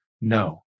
No